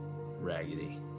raggedy